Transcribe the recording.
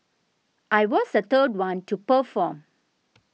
I was the third one to perform